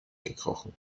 gekrochen